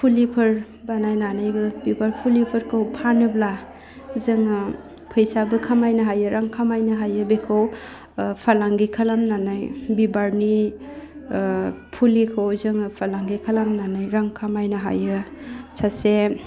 फुलिफोर बानायनानैबो बिबार फुलिफोरखौ फानोब्ला जोङो फैसाबो खामायनो हायो रां खामायनो हायो बेखौ फालांगि खालामनानै बिबारनि फुलिखौ जोङो फालांगि खालामनानै रां खामायनो हायो सासे